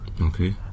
okay